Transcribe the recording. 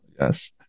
Yes